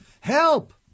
Help